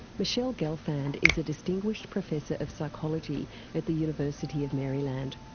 michele gelfand is a distinguished professor of psychology at the university of maryland.